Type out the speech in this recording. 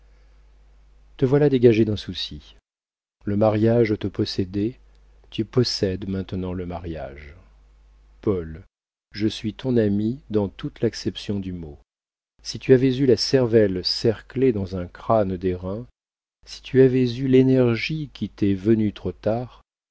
te voilà dégagé d'un souci le mariage te possédait tu possèdes maintenant le mariage paul je suis ton ami dans toute l'acception du mot si tu avais eu la cervelle cerclée dans un crâne d'airain si tu avais eu l'énergie qui t'est venue trop tard